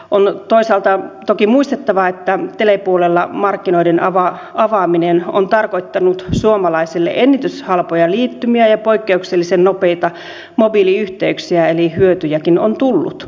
on toisaalta toki muistettava että telepuolella markkinoiden avaaminen on tarkoittanut suomalaisille ennätyshalpoja liittymiä ja poikkeuksellisen nopeita mobiiliyhteyksiä eli hyötyjäkin on tullut